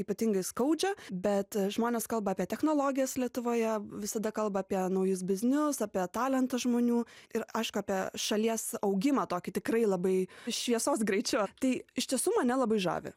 ypatingai skaudžią bet žmonės kalba apie technologijas lietuvoje visada kalba apie naujus biznius apie talentą žmonių ir aišku apie šalies augimą tokį tikrai labai šviesos greičiu tai iš tiesų mane labai žavi